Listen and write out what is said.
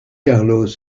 carlos